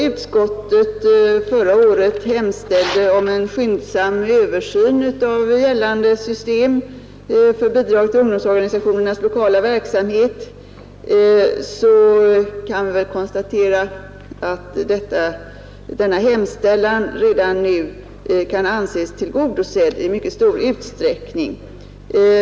Utskottet hemställde förra året om en skyndsam översyn av gällande system för bidrag till ungdomsorganisationernas lokala verksamhet, och vi kan redan nu konstatera att denna hemställan har blivit tillgodosedd i mycket stor utsträckning.